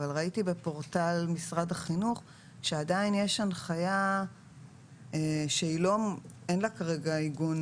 אבל ראיתי בפורטל משרד החינוך שעדיין יש הנחיה שאין לה כרגע עיגון